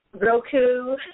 Roku